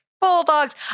Bulldogs